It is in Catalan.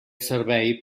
servei